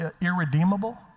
irredeemable